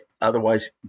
otherwise